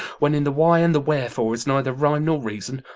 when in the why and the wherefore is neither rhyme nor reason?